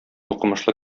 укымышлы